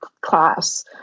class